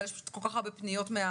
אבל יש פשוט כל כך הרבה פניות בזום